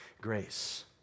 grace